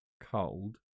cold